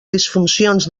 disfuncions